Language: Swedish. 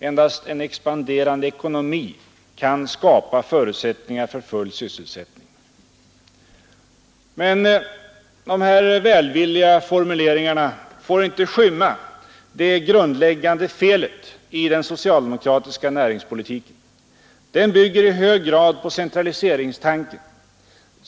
Endast en expanderande ekonomi kan skapa förutsättningar för full sysselsättning.” Men dessa välvilliga formuleringar får inte skymma det grundläggande felet i den socialdemokratiska näringspolitiken. Den bygger i hög grad på centraliseringstanken.